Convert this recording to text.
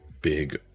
big